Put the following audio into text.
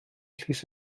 llys